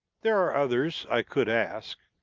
there are others i could ask.